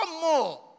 more